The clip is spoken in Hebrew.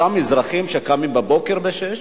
אותם אזרחים שקמים בבוקר ב-06:00,